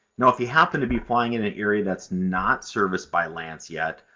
now, if you happen to be flying in an area that's not serviced by laanc yet,